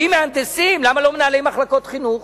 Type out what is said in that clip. ואם מהנדסים, למה לא מנהלי מחלקות חינוך?